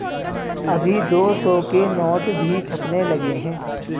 अभी दो सौ के नोट भी छपने लगे हैं